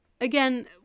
again